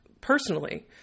personally